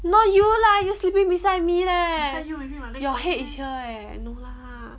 no you lah you sleeping beside me leh your head is here eh no lah